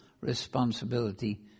responsibility